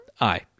aye